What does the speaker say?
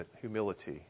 humility